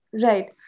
Right